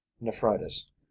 nephritis